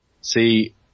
See